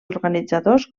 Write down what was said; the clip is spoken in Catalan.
organitzadors